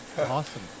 Awesome